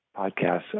podcasts